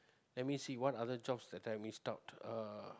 let me see what other jobs that I've missed out uh